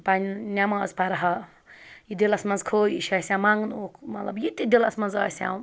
پَنٕنۍ نٮ۪ماز پَرٕ ہا یہِ دِلَس منٛز خٲہِش آسہِ ہا مَنٛگنُک مطلب یہِ تہِ دِلَس منٛز آسہِ ہَم